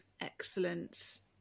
excellence